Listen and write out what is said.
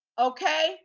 Okay